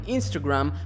Instagram